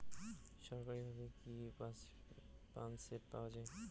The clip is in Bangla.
সরকারিভাবে কি পাম্পসেট পাওয়া যায়?